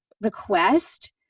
request